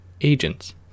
agents